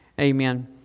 Amen